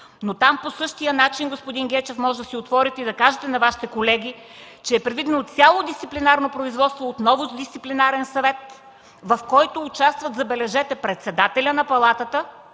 но там по същия начин, господин Гечев, може да си отворите и да кажете на Вашите колеги, че е предвидено цяло дисциплинарно производство, отново с Дисциплинарен съвет, в който участват, забележете, председателят на палатата